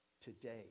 today